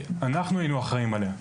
אנחנו היינו אחראים עליה,